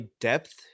depth